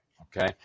Okay